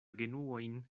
genuojn